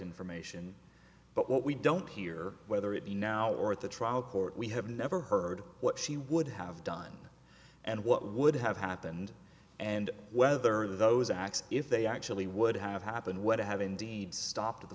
information but what we don't hear whether it be now or at the trial court we have never heard what she would have done and what would have happened and whether those acts if they actually would have happened what have indeed stopped